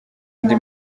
andi